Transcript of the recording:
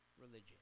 religion